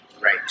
Right